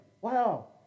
Wow